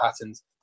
patterns